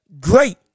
great